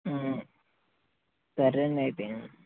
సరేనండి అయితే